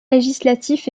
législatif